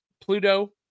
Pluto